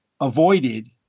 avoided